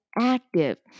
active